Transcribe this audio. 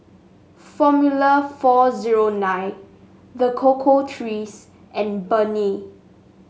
Formula four zero nine The Cocoa Trees and Burnie